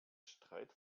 streit